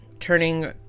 turning